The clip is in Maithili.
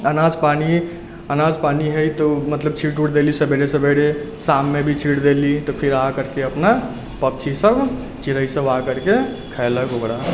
अनाज पानि अनाज पानि है तऽ उ मतलब छींट उट देली सवेरे सवेरे शाममे भी छींट देली तऽ फिर आ करके अपना पक्षी सब चिड़ै सब आकरके खैलक ओकरा